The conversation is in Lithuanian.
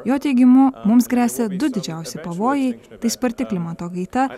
jo teigimu mums gresia du didžiausi pavojai tai sparti klimato kaita